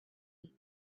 eat